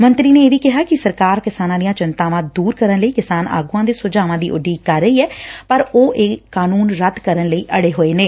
ਮੰਤਰੀ ਨੇ ਇਹ ਵੀ ਕਿਹਾ ਕਿ ਸਰਕਾਰ ਕਿਸਾਨ ਦੀਆਂ ਚਿੰਤਾਵਾਂ ਦੁਰ ਕਰਨ ਲਈ ਕਿਸਾਨਾਂ ਆਗੁਆਂ ਦੇ ਸੁਝਾਵਾਂ ਦੀ ਉਡੀਕ ਕਰ ਰਹੀ ਐ ਪਰ ਉਹ ਇਹ ਕਾਨੁੰਨ ਰੱਦ ਕਰਨ ਲਈ ਅੜੇ ਹੋਏ ਨੇ